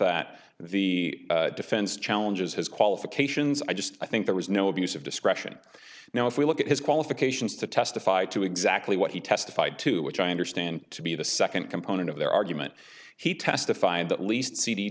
that the defense challenges his qualifications i just i think there was no abuse of discretion now if we look at his qualifications to testify to exactly what he testified to which i understand to be the second component of their argument he testified that least c